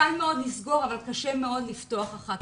קל מאוד לסגור אבל קשה מאוד אחר כך לפתוח.